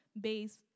base